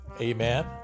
amen